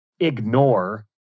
ignore